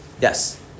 Yes